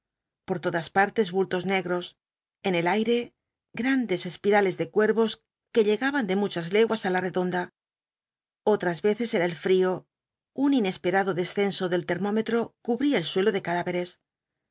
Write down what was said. por todas partes bultos negros en el aire grandes espirales de cuervos que llegaban de machas leguas á la redonda otras veces era el frío un inesperado descenso del termómetro cubría el suelo de cadáveres